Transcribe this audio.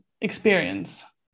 experience